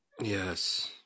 Yes